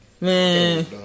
Man